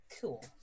Cool